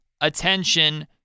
attention